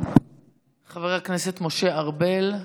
חבר הכנסת משה ארבל,